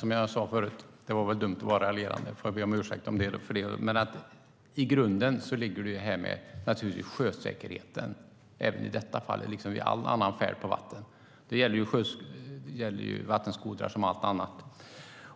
Fru talman! Det var dumt att raljera. Jag får be om ursäkt. Men i grunden är det även i detta fall fråga om sjösäkerheten, liksom vid all annan färd på vatten. Det gäller vattenskotrar precis som allt annat.